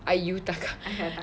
ayutaka